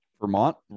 Vermont